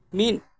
ᱢᱤᱫ